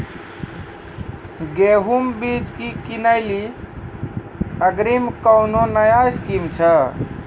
गेहूँ बीज की किनैली अग्रिम कोनो नया स्कीम छ?